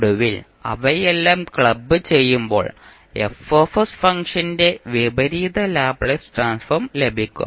ഒടുവിൽ അവയെല്ലാം ക്ലബ് ചെയ്യുമ്പോൾ F ഫംഗ്ഷന്റെ വിപരീത ലാപ്ലേസ് ട്രാൻസ്ഫോം ലഭിക്കും